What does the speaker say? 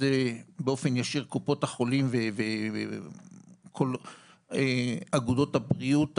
שזה באופן ישיר קופות החולים וכל אגודות הבריאות,